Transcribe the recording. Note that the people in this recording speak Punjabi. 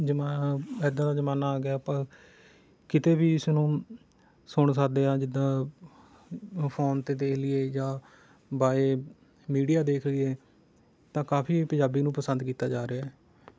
ਜਮਾ ਇੱਦਾਂ ਦਾ ਜ਼ਮਾਨਾ ਆ ਗਿਆ ਹੈ ਆਪਾਂ ਕਿਤੇ ਵੀ ਇਸ ਨੂੰ ਸੁਣ ਸਕਦੇ ਹਾਂ ਜਿੱਦਾਂ ਫੋਨ 'ਤੇ ਦੇਖ ਲਈਏ ਜਾਂ ਬਾਏ ਮੀਡੀਆ ਦੇਖ ਲਈਏ ਤਾਂ ਕਾਫੀ ਪੰਜਾਬੀ ਨੂੰ ਪਸੰਦ ਕੀਤਾ ਜਾ ਰਿਹਾ ਹੈ